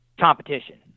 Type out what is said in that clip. competition